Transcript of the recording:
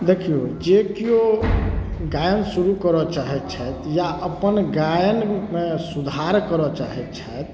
देखिऔ जे केओ गायन शुरू करऽ चाहै छथि या अपन गायनमे सुधार करऽ चाहै छथि